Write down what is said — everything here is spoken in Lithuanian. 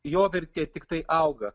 jo vertė tiktai auga